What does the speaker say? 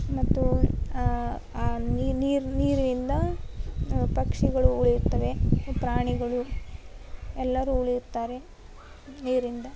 ಮತ್ತು ಆ ನೀರಿನಿಂದ ಪಕ್ಷಿಗಳು ಉಳಿಯುತ್ತವೆ ಪ್ರಾಣಿಗಳು ಎಲ್ಲರು ಉಳಿಯುತ್ತಾರೆ ನೀರಿಂದ